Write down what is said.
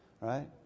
right